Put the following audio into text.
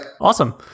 Awesome